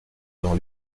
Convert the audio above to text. dans